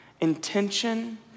intention